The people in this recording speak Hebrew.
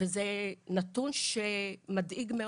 וזה נתון מדאיג מאוד.